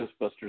Ghostbusters